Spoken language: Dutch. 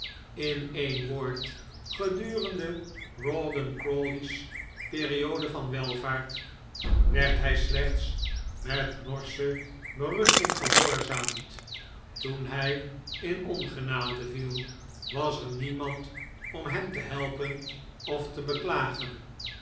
in een woord gedurende rawdon crawley's periode van welvaart werd hij slechts met norsche berusting gehoorzaamd toen hij in ongenade viel was er niemand om hem te helpen of te beklagen